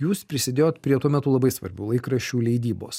jūs prisidėjot prie tuo metu labai svarbių laikraščių leidybos